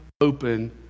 open